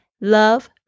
Love